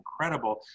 incredible